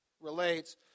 relates